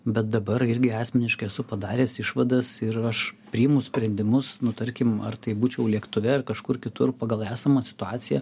bet dabar irgi asmeniškai esu padaręs išvadas ir aš priimu sprendimus nu tarkim ar tai būčiau lėktuve ar kažkur kitur pagal esamą situaciją